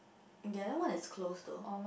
the other one is closed though